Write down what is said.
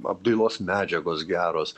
apdailos medžiagos geros